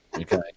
okay